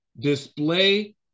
display